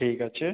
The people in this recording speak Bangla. ঠিক আছে